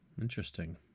interesting